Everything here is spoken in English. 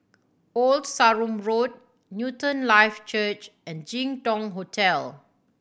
Old Sarum Road Newton Life Church and Jin Dong Hotel